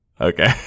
Okay